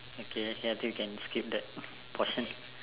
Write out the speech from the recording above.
okay then I think you can skip that portion